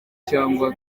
cyangwa